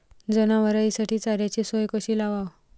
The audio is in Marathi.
जनावराइसाठी चाऱ्याची सोय कशी लावाव?